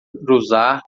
usar